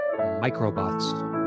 Microbots